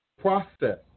Process